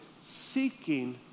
seeking